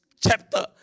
Chapter